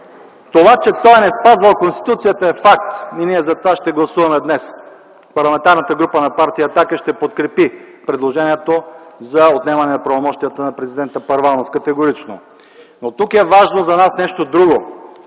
Това, че той не е спазвал Конституцията, е факт. Ние за това ще гласуваме днес. Парламентарната група на Партия „Атака” ще подкрепи предложението за отнемане правомощията на президента Първанов. Категорично! Но тук е важно за нас нещо друго.